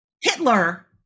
Hitler